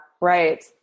right